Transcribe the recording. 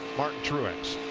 martin truex.